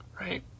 right